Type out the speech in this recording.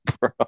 bro